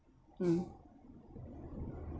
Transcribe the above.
mm